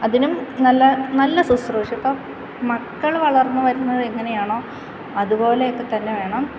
അതിനും നല്ല നല്ല ശുശ്രൂഷ ഇപ്പോൾ മക്കൾ വളർന്നുവരുന്നത് എങ്ങനെയാണോ അതുപോലെയൊക്കെ തന്നെ വേണം